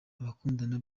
abakundana